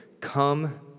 come